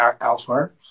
elsewhere